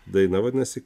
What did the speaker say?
daina vadinasi